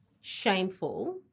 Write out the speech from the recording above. shameful